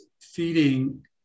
feeding